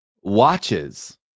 watches